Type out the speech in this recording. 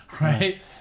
Right